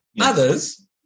Others